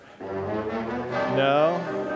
no